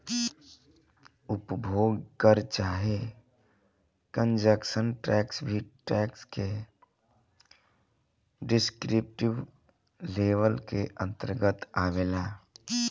उपभोग कर चाहे कंजप्शन टैक्स भी टैक्स के डिस्क्रिप्टिव लेबल के अंतरगत आवेला